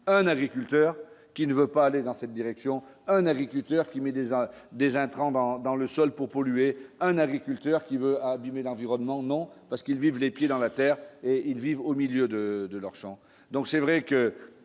un agriculteur qui ne veut pas aller dans cette direction, un agriculteur qui met des à des intrants dans dans le sol pour polluer un agriculteur qui veut abîmer l'environnement non parce qu'ils vivent les pieds dans la terre et ils vivent au milieu de de leurs champs.